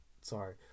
sorry